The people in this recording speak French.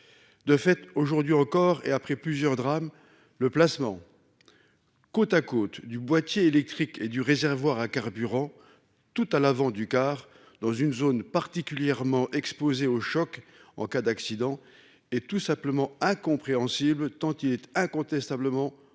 De fait aujourd'hui encore et après plusieurs drames le placement. Côte à côte du boîtier électrique et du réservoir à carburant tout à l'avant du car, dans une zone particulièrement exposée aux chocs en cas d'accident est tout simplement incompréhensible tant il est incontestablement hautement